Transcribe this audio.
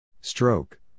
Stroke